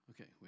Okay